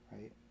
Right